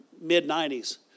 mid-90s